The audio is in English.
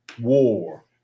war